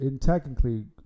technically –